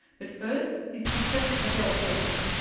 but first, his sister, adele phillips.